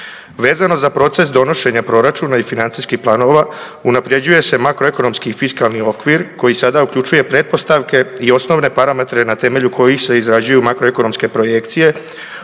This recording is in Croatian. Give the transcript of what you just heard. Vezano za proces donošenja proračuna i financijskih planova unaprjeđuje se makroekonomski i fiskalni okvir koji sada uključuje pretpostavke i osnovne parametre na temelju kojih se izrađuju makroekonomske projekcije,